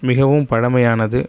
மிகவும் பழமையானது